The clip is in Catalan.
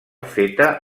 feta